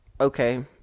Okay